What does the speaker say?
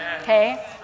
okay